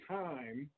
time